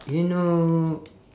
you know